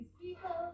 people